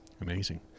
Amazing